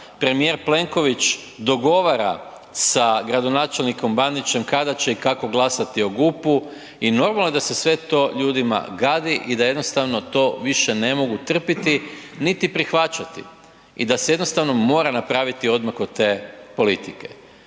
premijer Plenković dogovora sa gradonačelnikom Bandićem kada će i kako glasati o GUP-u i normalno da se sve to ljudima gadi i da jednostavno to više ne mogu trpiti niti prihvaćati i da se jednostavno mora napraviti odmak od te politike.